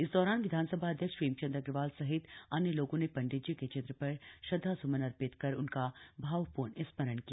इस दौरान विधानसभा अध्यक्ष प्रेमचंद अग्रवाल सहित अन्य लोगों ने ंडित जी के चित्र र श्रद्धा सुमन अर्थित कर उनका भावप्र्ण स्मरण किया